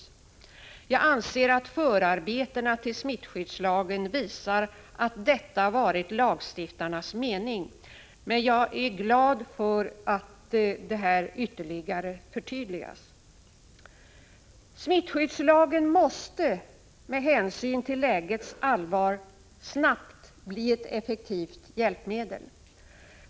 Jag anser att förarbetena till smittskyddslagen visar att detta varit lagstiftarnas mening, men jag är glad för att det ytterligare förtydligas. Smittskyddslagen måste med hänsyn till lägets allvar snabbt bli ett effektivt hjälpmedel.